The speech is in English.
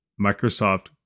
Microsoft